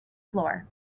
floor